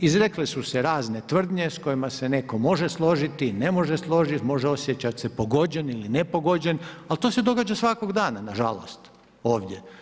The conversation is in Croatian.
Izrekle su se razne tvrdnje s kojima se neko može složiti, ne može složiti, može se osjećati pogođen ili ne pogođen, ali to se događa svakog dana nažalost ovdje.